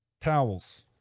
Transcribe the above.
towels